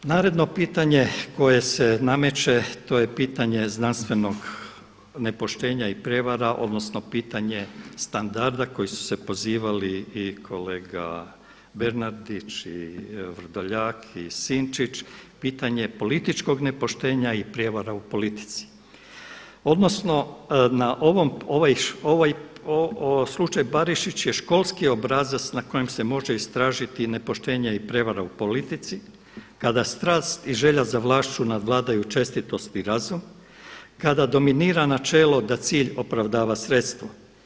Naredno pitanje koje se nameće to je pitanje znanstvenog nepoštenja i prijevara, odnosno pitanje standarda koji su se pozivali i kolega Bernardić i Vrdoljak i Sinčić, pitanje političkog nepoštenja i prijevara u politici, odnosno ovaj slučaj Barišić je školski obrazac na kojem se može istražiti nepoštenje i prijevara u politici kada strast i želja za vlašću nadvladaju čestitost i razum, kada dominira načelo da cilj opravdava sredstvo.